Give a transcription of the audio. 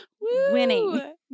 Winning